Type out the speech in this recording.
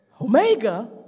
omega